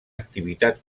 activitat